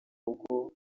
kuko